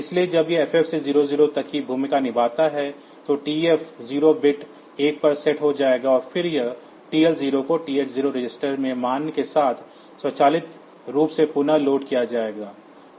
इसलिए जब यह ff से 00 तक की भूमिका निभाता है तो TF0 बिट 1 पर सेट हो जाएगा और फिर इस TL0 को TH0 रजिस्टर में मान के साथ स्वचालित रूप से पुनः लोड किया जाएगा